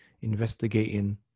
investigating